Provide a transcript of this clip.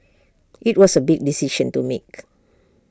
IT was A big decision to make